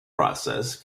process